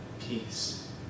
peace